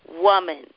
woman